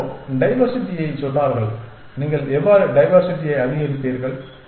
யாரோ டைவேர்சிட்டியைச் சொன்னார்கள் நீங்கள் எவ்வாறு டைவேர்சிட்டியை அதிகரிப்பீர்கள்